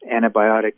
antibiotic